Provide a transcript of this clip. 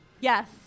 Yes